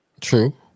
True